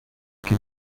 can